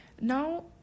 Now